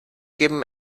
geben